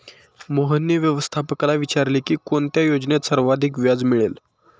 मोहनने व्यवस्थापकाला विचारले की कोणत्या योजनेत सर्वाधिक व्याज मिळेल?